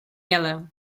yellow